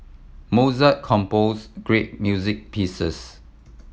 Mozart compose great music pieces